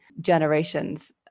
generations